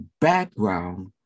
background